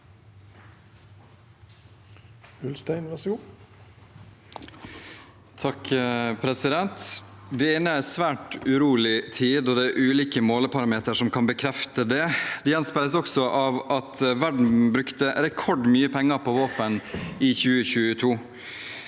Ulstein (KrF) Vi er inne i en svært urolig tid, og det er ulike måleparametere som kan bekrefte det. Det gjenspeiles også av at verden brukte rekordmye penger på våpen i 2022.